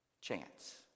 chance